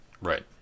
Right